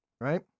right